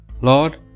Lord